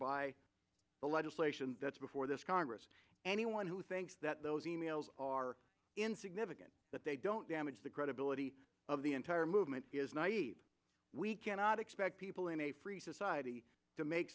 by the legislation that's before this congress anyone who thinks that those e mails are insignificant that they don't damage the credibility of the entire movement is naive we cannot expect people in a free society to make